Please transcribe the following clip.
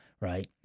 right